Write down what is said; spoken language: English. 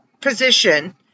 position